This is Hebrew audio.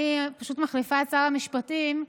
אני פשוט מחליפה את שר המשפטים,